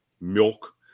milk